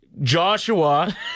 Joshua